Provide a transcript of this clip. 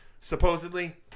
supposedly